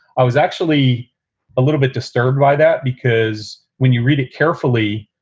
i was actually a little bit disturbed by that, because when you read it carefully,